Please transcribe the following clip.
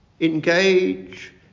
engage